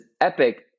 epic